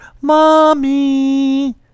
mommy